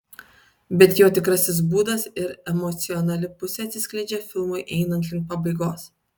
bet jo tikrasis būdas ir emocionali pusė atsiskleidžia filmui einant link pabaigos